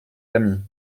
amis